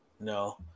No